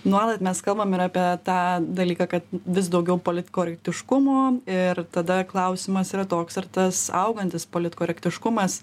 nuolat mes kalbam ir apie tą dalyką kad vis daugiau politkorektiškumo ir tada klausimas yra toks ar tas augantis politkorektiškumas